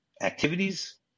activities